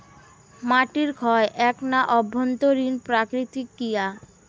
মাটির ক্ষয় এ্যাকনা অভ্যন্তরীণ প্রাকৃতিক ক্রিয়া